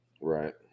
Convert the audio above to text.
Right